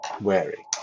wary